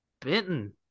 Benton